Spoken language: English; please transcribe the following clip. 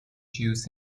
used